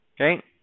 okay